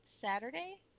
Saturday